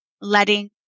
letting